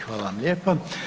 Hvala vam lijepa.